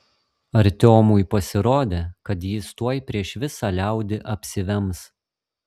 artiomui pasirodė kad jis tuoj prieš visą liaudį apsivems